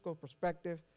perspective